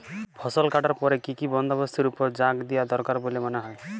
ফসলকাটার পরে কি কি বন্দবস্তের উপর জাঁক দিয়া দরকার বল্যে মনে হয়?